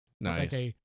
Nice